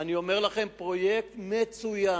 אני אומר לכם, פרויקט מצוין.